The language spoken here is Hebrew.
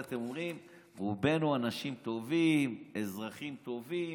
ואתם אומרים: רובנו אנשים טובים, אזרחים טובים.